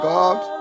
God